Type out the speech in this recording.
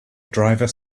driver